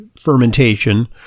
fermentation